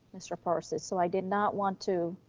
mr. persis, so i did not want to.